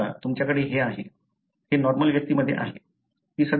आता तुमच्याकडे हे आहे हे नॉर्मल व्यक्तीमध्ये आहे